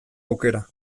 aukera